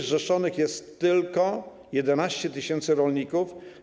Zrzeszonych jest tylko 11 tys. rolników.